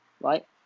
right